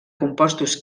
compostos